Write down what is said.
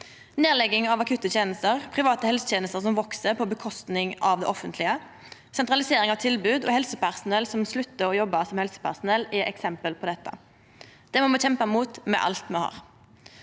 Nedlegging av akutte tenester, private helsetenester som veks på kostnad av det offentlege, sentralisering av tilbod og helsepersonell som sluttar å jobba som helsepersonell, er eksempel på dette. Det må me kjempa imot med alt me har.